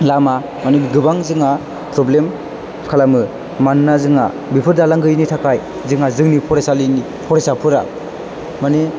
लामा मानि गोबां जोंहा प्रब्लेम खालामो मानोना जोंहा बेफोर दालां गैयैनि थाखाय जोंहा जोंनि फरायसालिनि फरायसाफोरा मानि